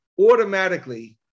automatically